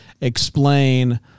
explain